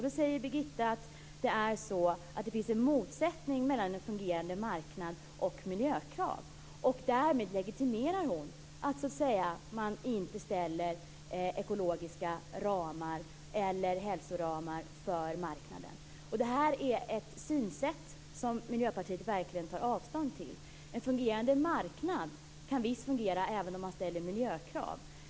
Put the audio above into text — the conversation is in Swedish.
Då säger Birgitta att det är så att det finns en motsättning mellan en fungerande marknad och miljökrav, och därmed legitimerar hon att man inte skapar ekologiska ramar eller hälsoramar för marknaden. Detta är ett synsätt som Miljöpartiet verkligen tar avstånd från. En marknad kan visst fungera även om man ställer miljökrav.